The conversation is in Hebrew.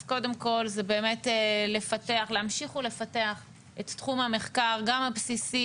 אז קודם כל זה באמת להמשיך ולפתח את תחום המחקר גם הבסיסי